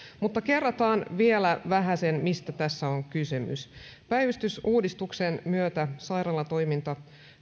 mutta kerrataan vielä vähäsen mistä tässä on kysymys päivystysuudistuksen myötä sairaalatoiminta